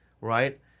Right